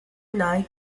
knight